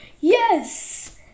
Yes